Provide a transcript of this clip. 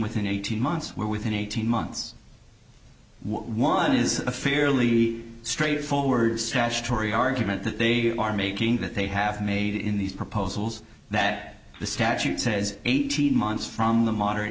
within eighteen months where within eighteen months one is a fairly straightforward sash tory argument that they are making that they have made in these proposals that the statute says eighteen months from the moderate